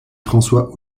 françois